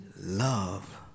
love